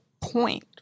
point